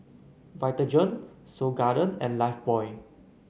Vitagen Seoul Garden and Lifebuoy